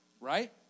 Right